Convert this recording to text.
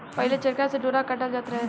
पहिले चरखा से डोरा काटल जात रहे